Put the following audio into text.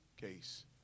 case